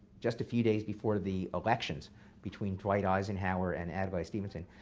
just a few days before the elections between dwight eisenhower and adlai stevenson.